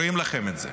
רואים לכם את זה.